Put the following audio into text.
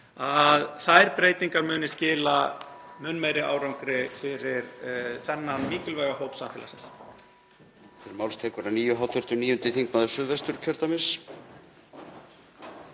þær breytingar muni skila mun meiri árangri fyrir þennan mikilvæga hóp samfélagsins.